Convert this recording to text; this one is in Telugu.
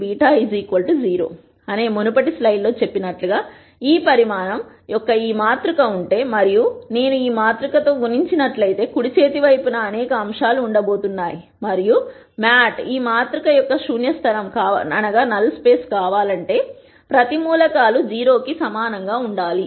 నేను మునుపటి స్లైడ్లో చెప్పినట్లుగా ఈ పరిమాణం యొక్క ఈ మాతృక ఉంటే మరియు నేను ఈ మాతృక తో గుణించినట్లయితే కుడి చేతి వైపున అనేక అంశాలు ఉండబోతున్నాయి మరియు mat ఈ మాతృక యొక్క శూన్య స్థలం కావాలంటే ప్రతి మూలకాలు 0 కి సమానం గా ఉండాలి